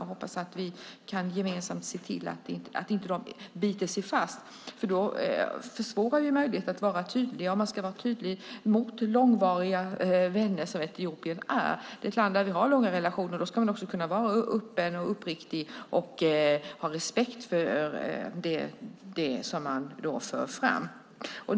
Jag hoppas att vi gemensamt kan se till att detta inte biter sig fast. Då försvåras möjligheten att vara tydlig, och man ska vara tydlig gentemot en långvarig vän som Etiopien är. Det är ett land som vi har långa relationer till, och då ska man också kunna vara öppen och uppriktig och känna respekt för det som man för fram.